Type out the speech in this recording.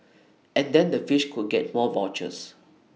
and then the fish could get more vouchers